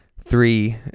three